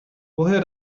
woher